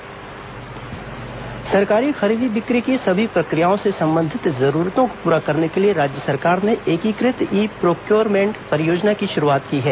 ई procurement परियोजना सरकारी खरीदी बिक्री की सभी प्रक्रियाओं से संबंधित जरूरतों को पूरा करने के लिए राज्य सरकार ने एकीकृत ई प्रोक्योरमेंट परियोजना की शुरूआत की है